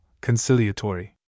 conciliatory